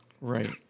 Right